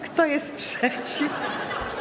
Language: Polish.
Kto jest przeciw?